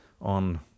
on